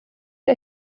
der